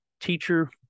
teacher